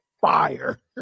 fire